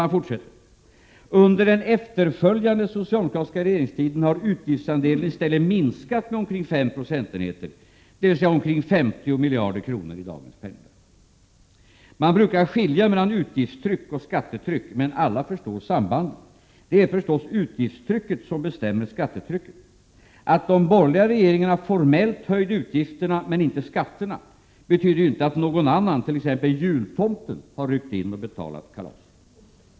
Man fortsätter: ”Under den efterföljande socialdemokratiska regeringstiden har utgiftsandelen i stället minskat med omkring fem procentenheter — dvs omkring 50 miljarder kronor i dagens penningvärde. Man brukar skilja mellan utgiftstryck och skattetryck, men alla förstår sambandet. Det är förstås utgiftstrycket som bestämmer skattetrycket. Att de borgerliga regeringarna formellt höjde utgifterna men inte skatterna betyder ju inte att någon annan — t.ex. jultomten — har ryckt in och betalat kalaset.